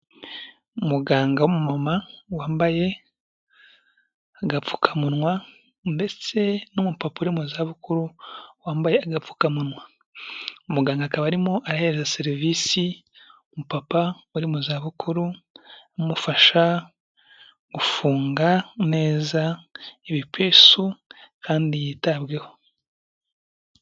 Umuganga w'umumama wambaye agapfukamunwa ndetse n'umupapa uri mu zabukuru wambaye agapfukamunwa, umuganga akaba arimo arahereza serivisi umupapa uri mu zabukuru amufasha gufunga neza ibipesu kandi yitabweho.